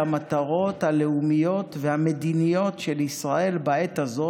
המטרות הלאומיות והמדיניות של ישראל בעת הזאת,